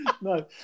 No